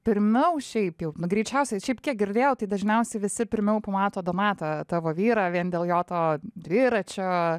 pirmiau šiaip jau nu greičiausiai šiaip kiek girdėjau tai dažniausiai visi pirmiau pamato donatą tavo vyrą vien dėl jo to dviračio